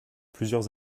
plusieurs